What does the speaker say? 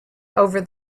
over